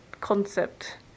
concept